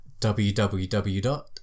www